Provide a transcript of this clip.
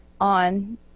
on